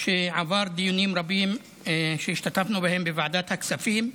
שעבר דיונים רבים שהשתתפנו בהם בוועדת הכספים.